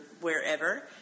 wherever